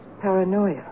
paranoia